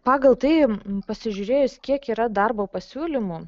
pagal tai pasižiūrėjus kiek yra darbo pasiūlymų